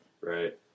Right